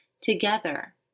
Together